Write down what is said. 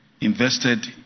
invested